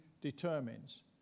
determines